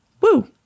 Woo